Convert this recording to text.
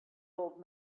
old